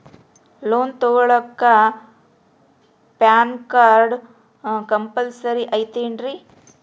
Loan ತೊಗೊಳ್ಳಾಕ PAN card compulsory ಐಯ್ತೇನ್ರಿ?